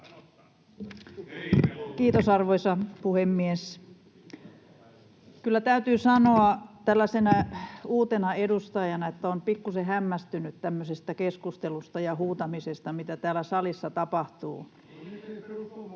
Kiitos, arvoisa puhemies! Kyllä täytyy sanoa tällaisena uutena edustajana, että olen pikkuisen hämmästynyt tämmöisestä keskustelusta ja huutamisesta, mitä täällä salissa tapahtuu.